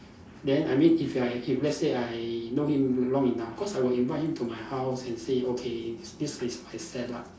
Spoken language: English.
then I mean if I if let's say I know him long enough cause I will invite him to my house and say okay this is my set up